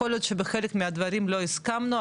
יכול להיות שבחלק מהדברים לא הסכמנו,